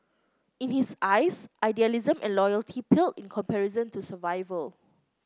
in his eyes idealism and loyalty paled in comparison to survival